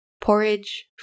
Porridge